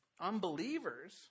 unbelievers